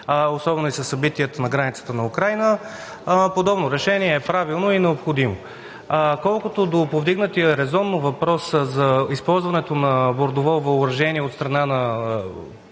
месеци и след събитията на границата на Украйна, а подобно решение е правилно и необходимо. Колкото до повдигнатия резонно въпрос за използването на бордово въоръжение от страна на